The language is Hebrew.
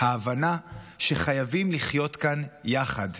ההבנה שחייבים לחיות כאן יחד,